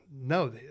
No